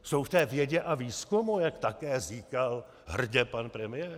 Jsou ve vědě a výzkumu, jak také říkal hrdě pan premiér?